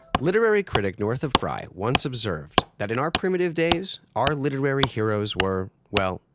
literary critic northrop frye once observed that in our primitive days, our literary heroes were well,